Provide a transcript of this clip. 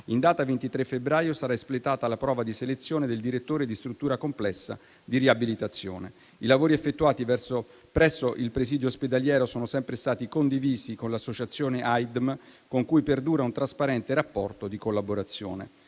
In data 23 febbraio sarà espletata la prova di selezione del direttore di struttura complessa di riabilitazione. I lavori effettuati presso il presidio ospedaliero sono sempre stati condivisi con l'associazione AIDM (Associazione interregionale disabili